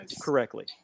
correctly